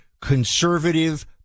conservative